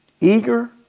Eager